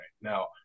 Now